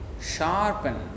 sharpen